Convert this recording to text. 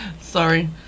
Sorry